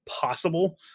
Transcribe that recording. possible